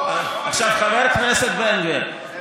חבר הכנסת בן גביר,